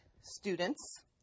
students